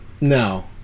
No